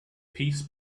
peace